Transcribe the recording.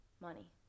money